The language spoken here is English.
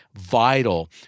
vital